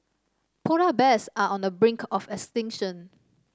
polar bears are on the brink of extinction